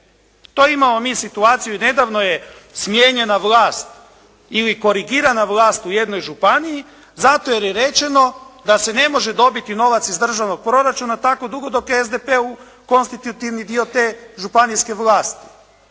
mi imamo situaciju i nedavno je smijenjena vlast ili korigirana vlast u jednoj županiji, zato jer je rečeno da se ne može dobiti novac iz državnog proračuna tako dugo dok je SDP u konstitutivni dio te županijske vlasti.